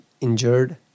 injured